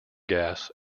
gas